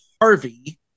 Harvey